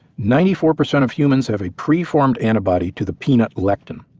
ninety four percent of humans have a preformed antibodies to the peanut lectin.